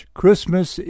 christmas